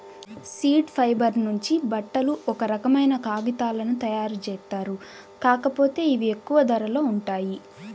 seed fibre నుంచి బట్టలు, ఒక రకమైన కాగితాలను తయ్యారుజేత్తారు, కాకపోతే ఇవి ఎక్కువ ధరలో ఉంటాయి